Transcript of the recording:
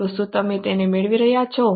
તો શું તમે તેને મેળવી રહ્યા છો